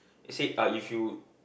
you said uh if you